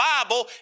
Bible